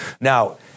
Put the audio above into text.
Now